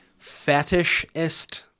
Fetishist